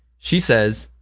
she says,